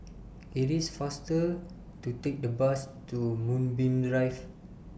IT IS faster to Take The Bus to Moonbeam Drive